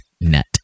net